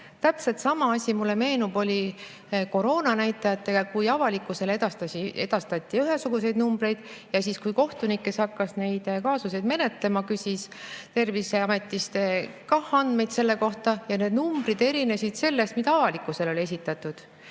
Täpselt sama asi, mulle meenub, oli koroonanäitajatega, kui avalikkusele edastati ühesuguseid numbreid ja kui kohtunik, kes hakkas neid kaasuseid menetlema, küsis Terviseametist andmeid selle kohta, siis need numbrid erinesid neist, mida avalikkusele oli esitatud.